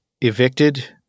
evicted